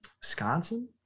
Wisconsin